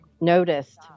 noticed